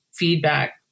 Feedback